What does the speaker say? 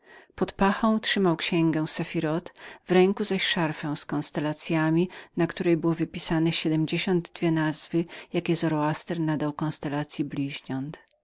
pod pachą trzymał księgę szafirothu w ręku zaś szarfę z konstellacyami na której wypisane było siedmdziesiąt nazwisk jakie zoroaster nadał konstellacyi bliźniąt